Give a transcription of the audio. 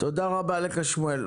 תודה רבה לך, שמואל.